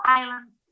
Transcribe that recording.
islands